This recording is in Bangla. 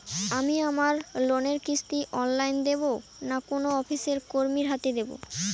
আমি আমার লোনের কিস্তি অনলাইন দেবো না কোনো অফিসের কর্মীর হাতে দেবো?